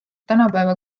tänapäeva